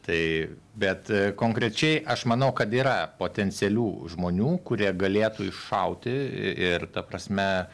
tai bet e konkrečiai aš manau kad yra potencialių žmonių kurie galėtų iššauti ir ta prasme